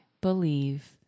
believe